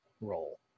role